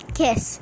kiss